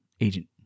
agent